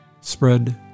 Spread